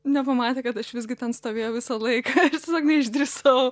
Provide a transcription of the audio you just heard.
nepamatė kad aš visgi ten stovėjau visą laiką ir tiesiog neišdrįsau